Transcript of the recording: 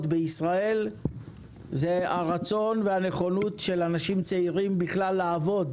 בישראל זה הרצון והנכונות של אנשים צעירים לעבוד